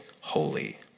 holy